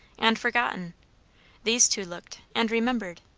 and forgotten these two looked and remembered.